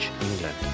England